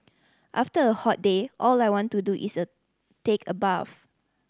after a hot day all I want to do is a take a bath